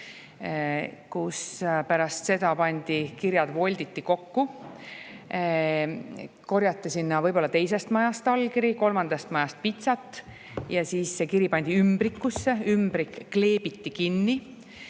pärast seda kirjad volditi kokku, korjati sinna võib-olla teisest majast allkiri, kolmandast majast pitsat ja siis see kiri pandi ümbrikusse, ümbrik kleebiti kinni